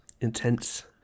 intense